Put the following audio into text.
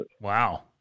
Wow